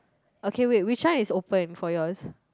okay wait which one is open for yours